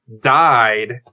died